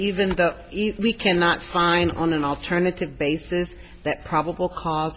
even though we cannot find on an alternative basis that probable cause